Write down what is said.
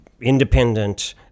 independent